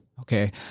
Okay